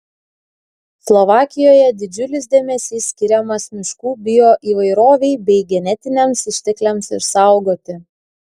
slovakijoje didžiulis dėmesys skiriamas miškų bioįvairovei bei genetiniams ištekliams išsaugoti